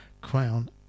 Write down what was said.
Crown